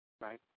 Right